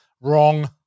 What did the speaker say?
Wrong